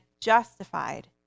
Justified